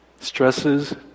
Stresses